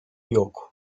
yok